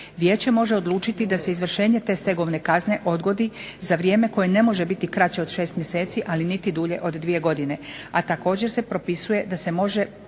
Vijeće može odlučiti da se izvršenje te stegovne kazne odgodi za vrijeme koje ne može biti kraće od 6 mjeseci ali niti dulje od 2 godine a također propisuje da se može